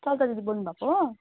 सबिता दिदी बोल्नुभएको